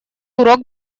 урок